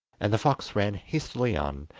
and the fox ran hastily on,